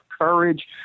courage